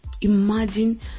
Imagine